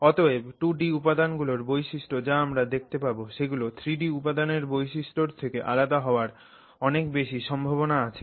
অতএব 2 ডি উপাদান গুলোর বৈশিষ্ট্য যা আমরা দেখতে পাবো সেগুলো 3 ডি উপাদানের বৈশিষ্ট্যর থেকে আলাদা হওয়ার অনেক বেশি সম্ভবনা আছে